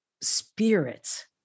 spirits